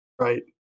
Right